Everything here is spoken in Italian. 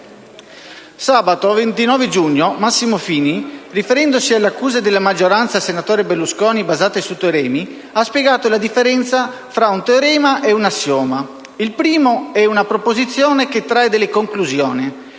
Sabato 29 giugno Massimo Fini, riferendosi alle accuse della maggioranza al senatore Silvio Berlusconi basate su teoremi, ha spiegato la differenza fra un teorema e un assioma: il primo è una proposizione che trae delle conclusioni